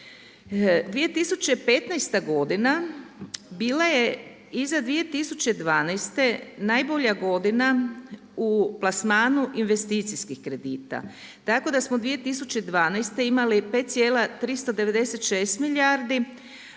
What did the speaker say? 2015. godina bila je iza 2012. najbolja godina u plasmanu investicijskih kredita, tako da smo 2012. imali 5,396 milijardi,